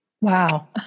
Wow